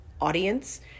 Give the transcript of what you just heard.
audience